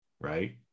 Right